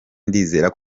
ndizera